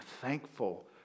thankful